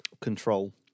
Control